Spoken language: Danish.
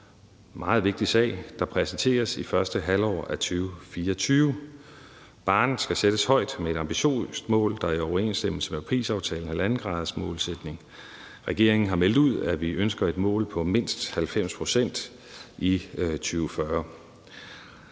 en meget vigtig sag, der præsenteres i første halvår af 2024. Barren skal sættes højt med et ambitiøst mål, der er i overensstemmelse med Parisaftalens målsætning på 1,5 grader. Regeringen har meldt ud, at vi ønsker et mål på mindst 90 pct. i 2040.